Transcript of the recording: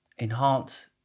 enhance